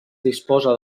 disposa